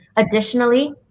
Additionally